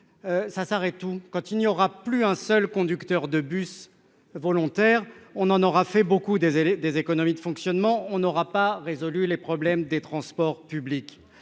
le ministre ? Quand il n'y aura plus un seul conducteur de bus volontaire, nous aurons fait beaucoup d'économies de fonctionnement, mais nous n'aurons pas résolu les problèmes des transports publics.